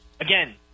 again